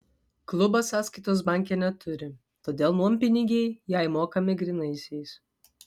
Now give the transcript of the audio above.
klubas sąskaitos banke neturi todėl nuompinigiai jai mokami grynaisiais